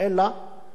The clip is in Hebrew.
שיימנעו מאפליה.